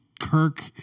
Kirk